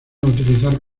utilizar